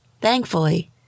Thankfully